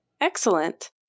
Excellent